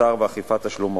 השטר ואכיפת תשלומו,